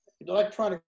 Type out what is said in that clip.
Electronic